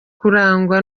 kurangwa